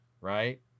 right